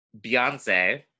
Beyonce